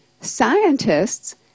Scientists